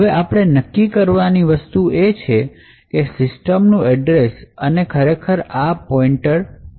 હવે આપણે નક્કી કરવાની વસ્તુ છે એ સિસ્ટમ નું એડ્રેસ અને ખરેખરમાં આ પોઇન્ટર શું છે તે છે